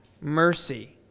Mercy